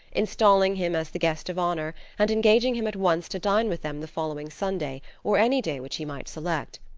installing him as the guest of honor and engaging him at once to dine with them the following sunday, or any day which he might select.